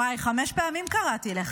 וואי, חמש פעמים קראתי לך.